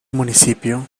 municipio